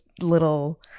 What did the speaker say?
little